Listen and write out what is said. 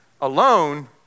Alone